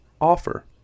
offer